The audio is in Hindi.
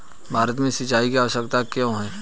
भारत में सिंचाई की आवश्यकता क्यों है?